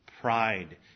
pride